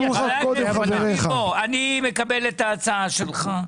רביבו, אני מקבל את ההצעה שלך.